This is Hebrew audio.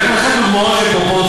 אני רק מראה לכם דוגמאות של פרופורציות.